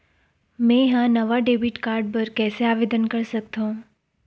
मेंहा नवा debit card बर कैसे आवेदन कर सकथव?